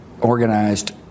organized